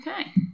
Okay